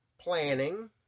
planning